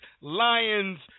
lions